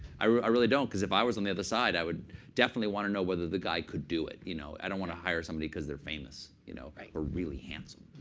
i really don't. because if i was on the other side, i would definitely want to know whether the guy could do it. you know i don't want to hire somebody because they're famous you know or really handsome.